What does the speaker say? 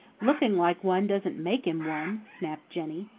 looking like one doesn't make him one, snapped jenny.